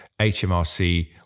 HMRC